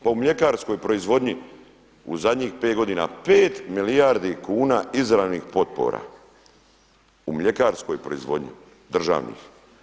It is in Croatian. Pa u mljekarskoj proizvodnji u zadnjih pet godina pet milijardi kuna izravnih potpora u mljekarskoj proizvodnji državnih.